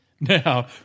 Now